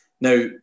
Now